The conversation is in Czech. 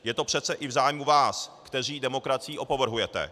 Je to přeci i v zájmu vás, kteří demokracií opovrhujete.